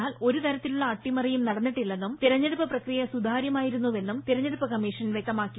എന്നാൽ ഒരു തരത്തിലുമുള്ള അട്ടിമറിയും നടന്നിട്ടില്ലെന്നും തിരഞ്ഞെടുപ്പ് പ്രക്രിയ സുതാര്യമായിരുന്നെന്നും തിരഞ്ഞെടുപ്പു കമ്മീഷൻ വൃക്തമാക്കി